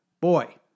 boy